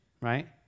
right